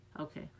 Okay